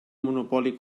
monopoli